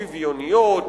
שוויוניות,